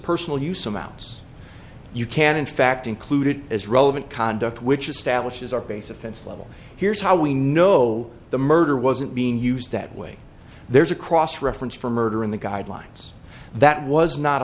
personal use amounts you can in fact included as relevant conduct which establishes our base offense level here's how we know the murder wasn't being used that way there's a cross reference for murder in the guidelines that was not